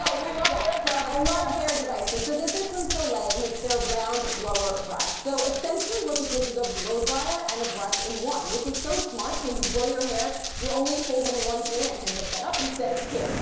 we love hair products! i love hair devices. so this is from soleil and it's their round blower brush. so essentially, what this is is a blow dryer and a brush in one, which is so smart, so when you blow your hair, you're only holding one thing, i can't pick that up, instead of two.